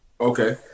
Okay